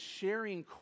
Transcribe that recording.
sharing